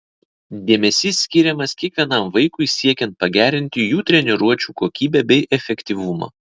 dėmesys skiriamas kiekvienam vaikui siekiant pagerinti jų treniruočių kokybę bei efektyvumą